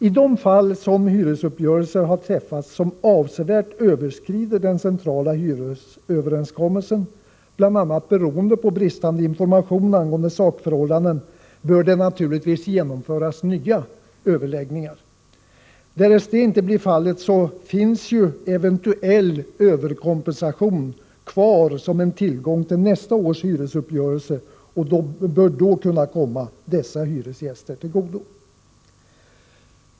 I de fall hyresuppgörelser träffats som avsevärt överskrider den centrala hyresöverenskommelsen, bl.a. beroende på bristande information angående sakförhållanden, bör det naturligtvis genomföras nya överläggningar. Därest detta inte blir fallet finns eventuell ”överkompensation” kvar som en tillgång vid nästa års hyresuppgörelse och bör då kunna komma dessa hyresgäster till godo.